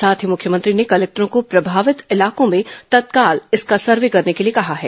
साथ ही मुख्यमंत्री ने कलेक्टरों को प्रभावित इलाकों में तत्काल इसका सर्वे करने के लिए कहा है